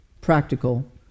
practical